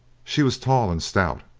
she was tall and stout,